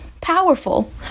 powerful